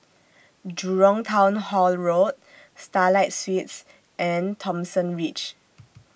Jurong Town Hall Road Starlight Suites and Thomson Ridge